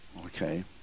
okay